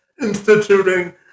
instituting